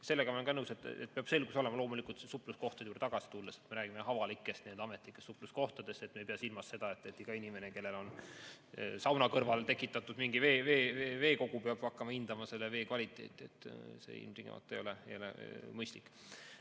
Sellega ma olen nõus, et peab selgus olema, loomulikult – supluskohtade juurde tagasi tulles – me räägime avalikest ametlikest supluskohtadest. Me ei pea silmas seda, et iga inimene, kellel on sauna kõrvale tekitatud mingi veekogu, peab hakkama hindama selle vee kvaliteeti. See ei ole